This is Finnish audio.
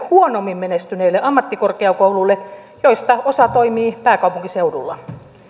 huonommin menestyneille ammattikorkeakouluille joista osa toimii pääkaupunkiseudulla